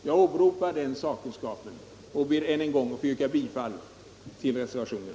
Jag åberopar denna sakkunskap och ber än en gång att få yrka bifall till reservationen.